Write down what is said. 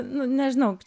nu nežinau